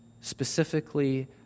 specifically